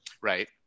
Right